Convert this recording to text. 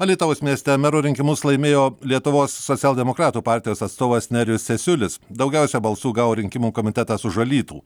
alytaus mieste mero rinkimus laimėjo lietuvos socialdemokratų partijos atstovas nerijus cesiulis daugiausia balsų gavo rinkimų komitetas už alytų